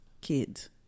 Kids